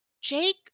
Jake